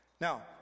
Now